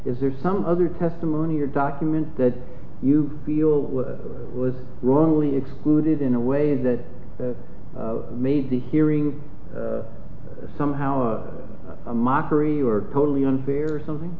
is there some other testimony or document that you feel with the was wrongly excluded in a way that the the made the hearing somehow or a mockery or totally unfair or something